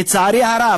לצערי הרב,